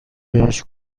بهش